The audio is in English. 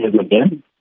again